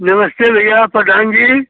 नमस्ते भैया प्रधान जी